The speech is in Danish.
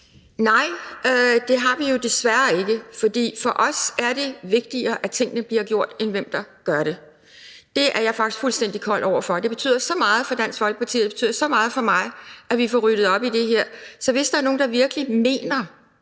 Nej, det har vi jo desværre ikke, for det er sådan, at det for os er vigtigere, at tingene bliver gjort, end hvem der gør det. Det er jeg faktisk fuldstændig kold over for. Det betyder så meget for Dansk Folkeparti, og det betyder så meget for mig, at vi får ryddet op i det her, så hvis der er nogen, der virkelig mener